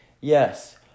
Yes